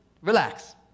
relax